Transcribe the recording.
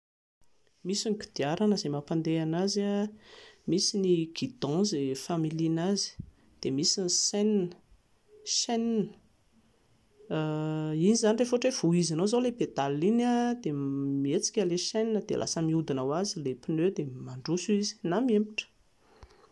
Misy ny kodiarana izay mampandeha an'azy, misy ny guidon izay familiana azy, dia misy ny chaîne, iny izany rehefa ohatra hoe voizinao izao ilay pédale iny dia mihetsika ilay chaîne dia lasa mihodina ho azy ilay pneu dia mandroso izy na miemotra